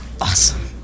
Awesome